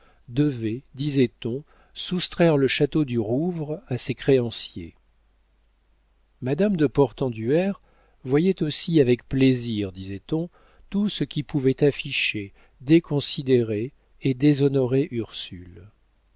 devait disait-on soustraire le château du rouvre à ses créanciers madame de portenduère voyait aussi avec plaisir disait-on tout ce qui pouvait afficher déconsidérer et déshonorer ursule